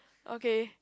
okay